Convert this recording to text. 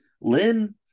Lynn